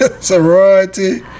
sorority